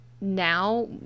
now